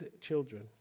children